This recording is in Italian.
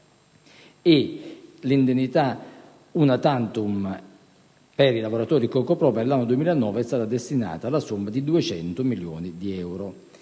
all'indennità *una tantum* per i lavoratori co.co.pro. per l'anno 2009 è stata destinata la somma di 200 milioni di euro.